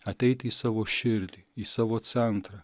ateiti į savo širdį į savo centrą